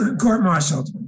court-martialed